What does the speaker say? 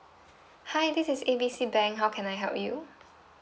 hi this is A B C bank how can I help you